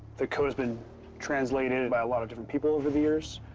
the code has been translated by a lot of different people over the years.